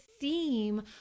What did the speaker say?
theme